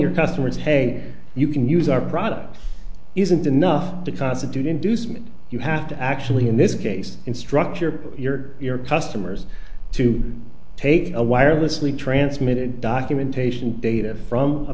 your customers hey you can use our product isn't enough to constitute inducement you have to actually in this case in structure your your customers to take a wirelessly transmitted documentation data from a